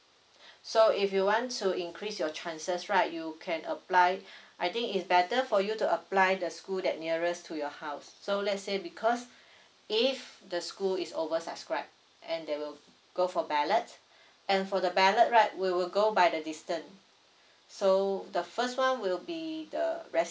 so if you want to increase your chances right you can apply I think is better for you to apply the school that nearest to your house so let's say because if the school is over subscribe and they will go for ballot and for the ballot right we will go by the distance so the first one will be the residents